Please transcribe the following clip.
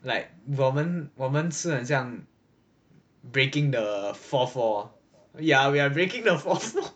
like 我们我们是很像 breaking the fourth wall yeah we're breaking the fourth wall